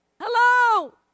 Hello